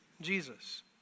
Jesus